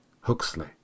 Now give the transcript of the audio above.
Huxley